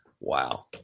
Wow